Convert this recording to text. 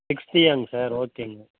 சிக்ஸ்டியாங்க sir ஓகேங்க